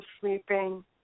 sleeping